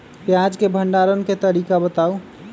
प्याज के भंडारण के तरीका बताऊ?